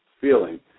feeling